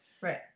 right